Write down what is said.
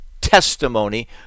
testimony